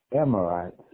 Amorites